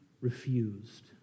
refused